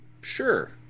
Sure